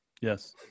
yes